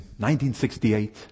1968